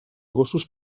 gossos